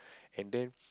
and then